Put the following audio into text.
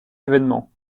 évènement